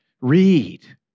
read